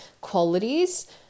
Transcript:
qualities